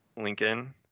Lincoln